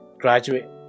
graduate